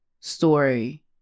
story